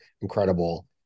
incredible